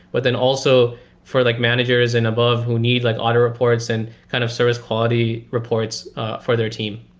but then also for like managers and above who need like audit reports and kind of service quality reports for their team.